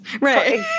right